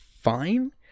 fine